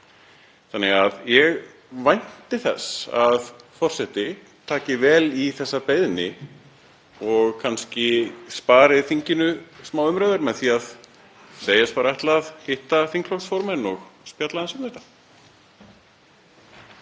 Þannig að ég vænti þess að forseti taki vel í þessa beiðni og spari þinginu smáumræður með því að segjast ætla að hitta þingflokksformenn og spjalla aðeins um þetta.